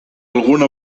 alguna